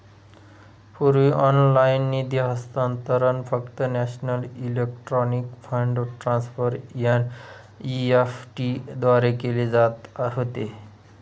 पूर्वी ऑनलाइन निधी हस्तांतरण फक्त national electronic fund transfer NEFT द्वारे केले जात होते